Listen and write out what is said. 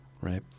Right